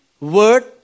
word